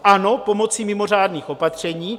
Ano, pomocí mimořádných opatření.